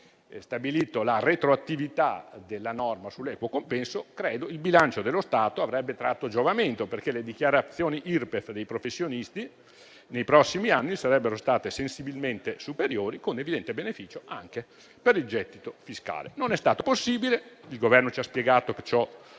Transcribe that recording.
stabilito la retroattività della norma sull'equo compenso, credo che il bilancio dello Stato ne avrebbe tratto giovamento, perché le dichiarazioni Irpef dei professionisti nei prossimi anni sarebbero state sensibilmente superiori, con evidente beneficio anche per il gettito fiscale. Non è stato possibile: il Governo ci ha spiegato che ciò